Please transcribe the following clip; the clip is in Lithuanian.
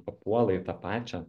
papuola į tą pačią